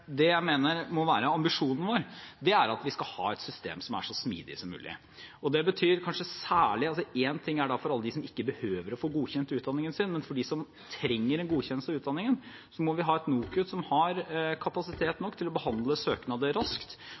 Det jeg mener må være ambisjonen vår, er at vi skal ha et system som er så smidig som mulig. Én ting er da for alle dem som ikke behøver å få godkjent utdanningen sin, men for dem som trenger en godkjennelse av utdanningen, må vi ha et NOKUT som har kapasitet nok til å behandle søknader raskt,